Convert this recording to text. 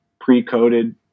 pre-coded